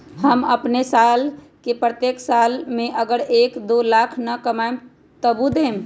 हम अपन साल के प्रत्येक साल मे अगर एक, दो लाख न कमाये तवु देम?